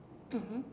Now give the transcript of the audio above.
mmhmm